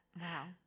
Wow